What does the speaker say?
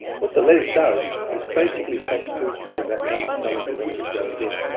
what the les does is, it basically stops food coming back out the stomach once it goes in.